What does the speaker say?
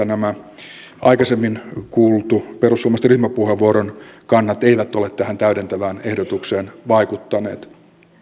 nämä aikaisemmin kuullut perussuomalaisten ryhmäpuheenvuoron kannat eivät ole tähän täydentävään ehdotukseen vaikuttaneet